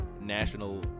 National